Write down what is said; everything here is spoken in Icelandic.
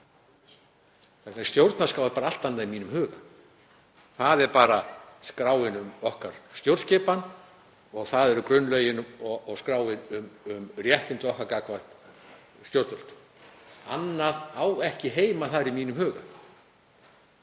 Stjórnarskrá er bara allt annað í mínum huga. Það er skráin yfir stjórnskipan okkar. Það eru grunnlögin og skráin um réttindi okkar gagnvart stjórnvöldum. Annað á ekki heima þar í mínum huga.